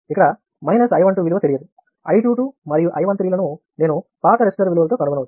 ఇక్కడ I 12 విలువ తెలియదు I 22 మరియు I 13 లను నేను పాత రెసిస్టర్ విలువలతో కనుగొనవచ్చు